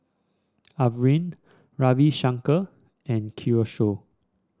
Arvind Ravi Shankar and Kishore